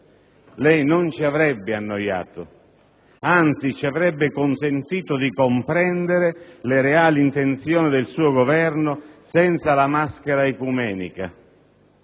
Lei non ci avrebbe annoiato, anzi ci avrebbe consentito di comprendere le reali intenzioni del suo Governo senza la maschera ecumenica,